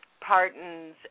Pardons